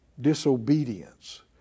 Disobedience